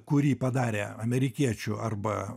kurį padarė amerikiečių arba